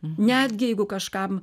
netgi jeigu kažkam